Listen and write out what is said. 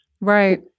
Right